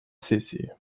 сессии